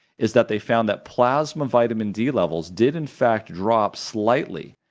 is that they found that plasma vitamin d levels did in fact drop slightly,